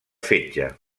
fetge